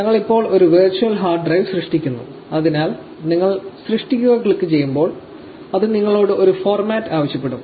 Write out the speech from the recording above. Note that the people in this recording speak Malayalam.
ഞങ്ങൾ ഇപ്പോൾ ഒരു വെർച്വൽ ഹാർഡ് ഡ്രൈവ് സൃഷ്ടിക്കുന്നു അതിനാൽ നിങ്ങൾ സൃഷ്ടിക്കുക ക്ലിക്കുചെയ്യുമ്പോൾ അത് നിങ്ങളോട് ഒരു ഫോർമാറ്റ് ആവശ്യപ്പെടും